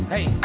Hey